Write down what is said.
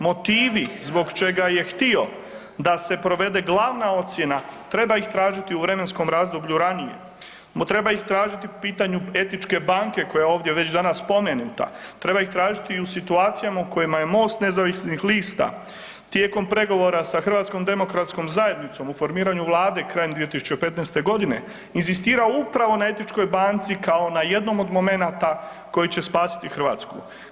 Motivi zbog čega je htio da se provede glavna ocjena treba ih tražiti u vremenskom razdoblju ranije, no treba ih tražiti po pitanju etičke banke koja je ovdje već danas spomenuta, treba ih tražiti i u situacijama u kojima je MOST nezavisnih lista tijekom pregovora sa HDZ-om u formiranju vlade krajem 2015.g. inzistirao upravo na etičkoj banci kao na jednom od momenata koji će spasiti Hrvatsku.